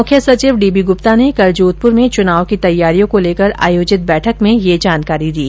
मुख्य सचिव डीबी गुप्ता ने कल जोधप्र में चुनाव की तैयारियों को लेकर आयोजित बैठक में यह जानकारी दी